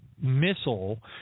missile